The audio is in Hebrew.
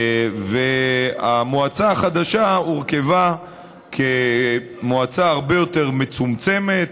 והמועצה החדשה הורכבה כמועצה הרבה יותר מצומצמת,